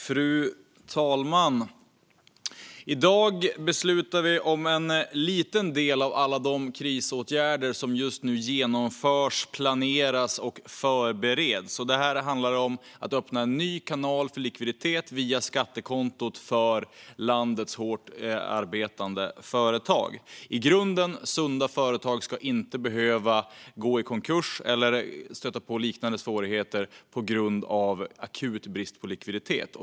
Fru talman! I dag ska vi besluta om en liten del av alla de krisåtgärder som just nu vidtas, planeras och förbereds. Detta handlar om att öppna en ny kanal för likviditet via skattekontot för landets hårt arbetande företag. I grunden sunda företag ska inte behöva gå i konkurs eller stöta på liknande svårigheter på grund av akut brist på likviditet.